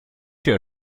der